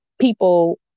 people